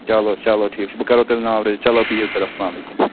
چلو چلو ٹھیٖک چھُ بہٕ کَرہو تیٚلہِ ناو رجس چلو بِہیو تیٚلہِ اَسلامُ علیکُم